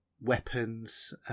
weapons